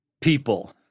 people